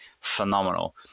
phenomenal